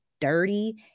dirty